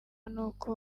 n’uko